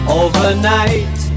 overnight